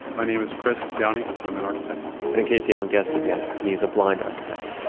my name is chris downey. i'm an architect and in case, he hasn't guessed it yet, he is a blind architect.